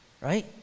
right